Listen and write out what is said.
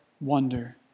wonder